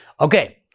Okay